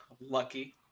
Lucky